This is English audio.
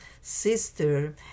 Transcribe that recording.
sister